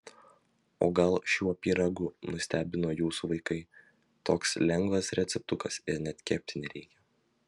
o gal šiuo pyragu nustebino jūsų vaikai toks lengvas receptukas ir net kepti nereikia